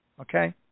Okay